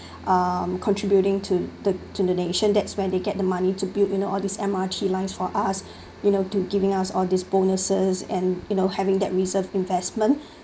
um contributing to the to the nation that's where they get the money to build you know all this M_R_T lines for us you know to giving us all these bonuses and you know having that reserved investment